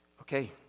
Okay